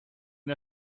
der